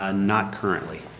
ah not currently.